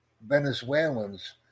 Venezuelans